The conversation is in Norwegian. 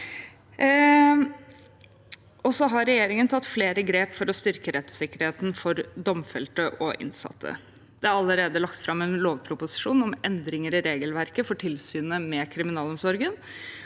Regjeringen har tatt flere grep for å styrke rettssikkerheten for domfelte og innsatte. Det er allerede lagt fram en lovproposisjon om endringer i regelverket for tilsynet med kriminalomsorgen.